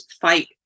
fight